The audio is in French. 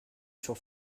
sur